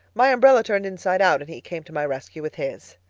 my umbrella turned inside out and he came to my rescue with his.